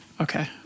Okay